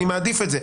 אני מעדיף את זה.